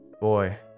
Boy